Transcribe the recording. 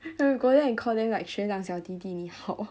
you go there and call them like 学长小弟弟你好